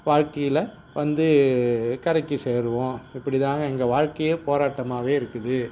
வாழ்க்கையில் வந்து கரைக்கு சேருவோம் இப்படி தான் எங்கள் வாழ்க்கையே போராட்டமாகவே இருக்குது